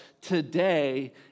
today